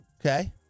Okay